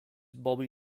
bobby